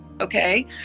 okay